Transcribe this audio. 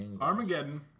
Armageddon